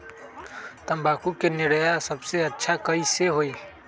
तम्बाकू के निरैया सबसे अच्छा कई से होई?